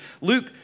Luke